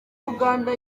uganda